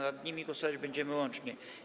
Nad nimi głosować będziemy łącznie.